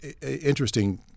interesting –